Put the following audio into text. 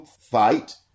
fight